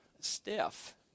stiff